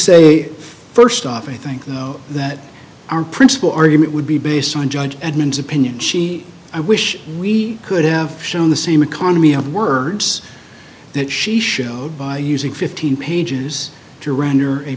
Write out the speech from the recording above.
say first off i think though that our principal argument would be based on judge edmonds opinion she i wish we could have shown the same economy of words that she showed by using fifteen pages to render a